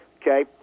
okay